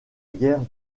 guerre